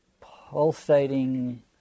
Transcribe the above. pulsating